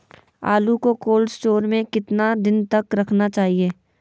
आलू को cold store में कितना दिन तक रखना चाहिए?